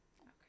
Okay